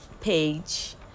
page